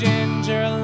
Ginger